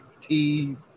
teeth